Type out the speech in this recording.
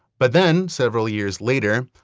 but then several years later,